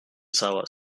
sauer